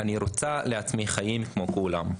אני רוצה לעצמי חיים כמו של כולם.